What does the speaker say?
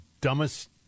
dumbest